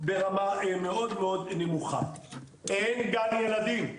מאוד ברמה מאוד נמוכה, אין גן ילדים,